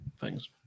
Thanks